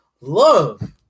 love